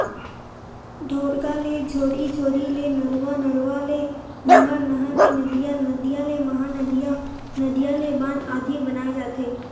ढोरगा ले झोरी, झोरी ले नरूवा, नरवा ले नहर, नहर ले नदिया, नदिया ले महा नदिया, नदिया ले बांध आदि बनाय जाथे